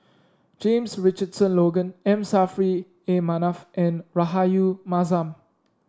James Richardson Logan M Saffri A Manaf and Rahayu Mahzam